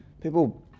people